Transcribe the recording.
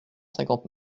cinquante